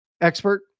expert